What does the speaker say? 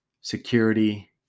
security